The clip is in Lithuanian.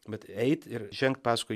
bet eit ir žengt paskui